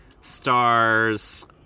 stars